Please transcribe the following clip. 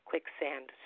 quicksand